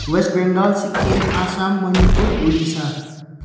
West Bengal Sikkim Assam Manipur Odisha